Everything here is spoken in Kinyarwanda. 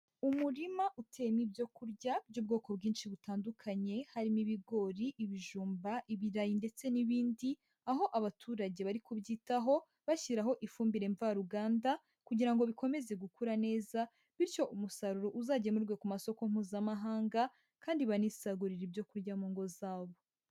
Umurima utema ibyoku kurya by'ubwoko bwinshi butandukanye, harimo ibigori, ibijumba, ibirayi ndetse n'ibindi, aho abaturage bari kubyitaho bashyiraho ifumbire mvaruganda kugira ngo bikomeze gukura neza bityo umusaruro uzagemurwe ku masoko Mpuzamahanga kandi banisagurire ibyo kujya mu ngo zabo.